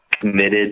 committed